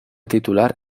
titular